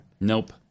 Nope